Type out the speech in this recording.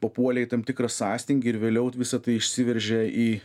papuolė į tam tikrą sąstingį ir vėliau visa tai išsiveržė į